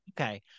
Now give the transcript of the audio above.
okay